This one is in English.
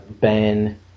Ben